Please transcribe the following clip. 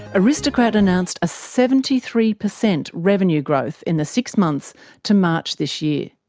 aristocrat announced a seventy three percent revenue growth in the six months to march this year.